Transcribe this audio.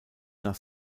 nach